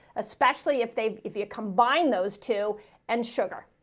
especially if they've, if you combine those two and sugar.